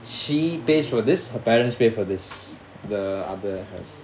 she pays for this her parents pay for this the other house